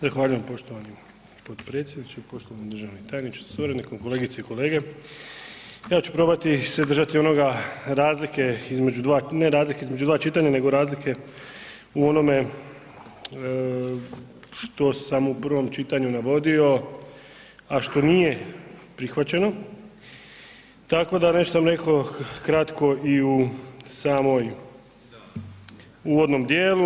Zahvaljujem poštovani potpredsjedniče, poštovani državni tajniče sa suradnikom, kolegice i kolege, ja ću probati se držati onoga, razlike između dva, ne razlike između dva čitanja, nego razlike u onome što sam u prvom čitanju navodio, a što nije prihvaćeno tako da kao što sam rekao kratko i u samom uvodnom dijelu.